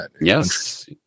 Yes